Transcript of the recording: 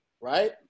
right